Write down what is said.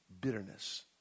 bitterness